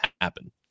happen